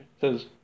says